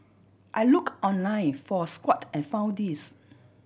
I look online for a squat and found this